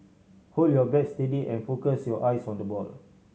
hold your bat steady and focus your eyes on the ball